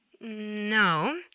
No